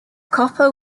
copper